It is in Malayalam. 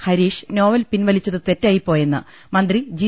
ഹരീഷ് നോവൽ പിൻവലിച്ചത് തെറ്റായിപ്പോയെന്ന് മന്ത്രി ജി